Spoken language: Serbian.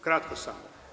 Kratko samo.